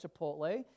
Chipotle